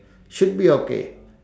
should be okay